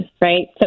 right